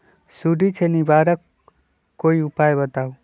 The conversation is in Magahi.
सुडी से निवारक कोई उपाय बताऊँ?